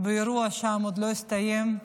האירוע שם לא הסתיים,